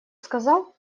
сказал